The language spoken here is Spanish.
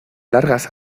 largas